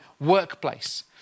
workplace